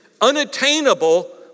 unattainable